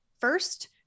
first